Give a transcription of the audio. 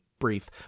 brief